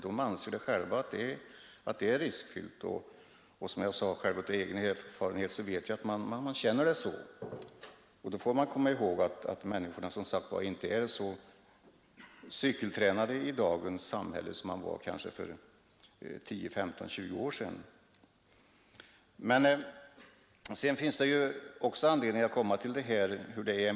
De anser själva att det är riskfyllt att tolka. Av egen erfarenhet vet jag också att man känner på det sättet. Man skall också komma ihåg att människorna i dagens samhälle kanske inte är lika cykeltränade som fallet var för 10, 15 eller 20 år sedan. Det finns också anledning säga något om de militära melserna i detta fall.